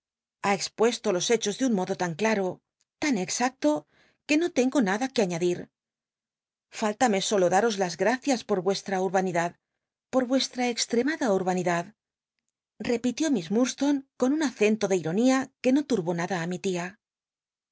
expuesto los hechos de nn modo tan claro tan xa rlo lle no tengo nada que aiiadir füll unr ojo d uos las gracias por vuestra urbanidad por vuestra extrema urbanidad repitió miss iiurdstone con uu acento de itonia e ue no hll'bó nada a mi tia